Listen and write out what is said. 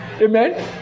amen